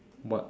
what